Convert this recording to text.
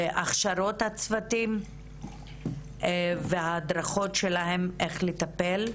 הכשרות הצוותים וההדרכות שלהם איך לטפל.